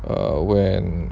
err when